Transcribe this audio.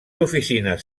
oficines